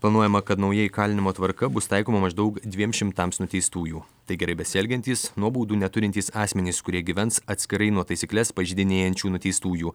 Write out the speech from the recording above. planuojama kad nauja įkalinimo tvarka bus taikoma maždaug dviem šimtams nuteistųjų tai gerai besielgiantys nuobaudų neturintys asmenys kurie gyvens atskirai nuo taisykles pažeidinėjančių nuteistųjų